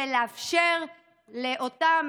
ולאפשר לאותן